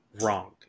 wrong